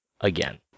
again